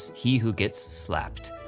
he who gets slapped.